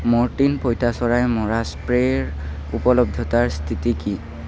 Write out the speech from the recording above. Mortein পঁইতাচৰাই মৰা স্প্ৰেৰ উপলব্ধতাৰ স্থিতি কি